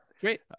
great